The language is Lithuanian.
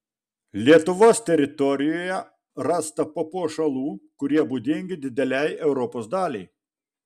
lietuvos teritorijoje rasta papuošalų kurie būdingi didelei europos daliai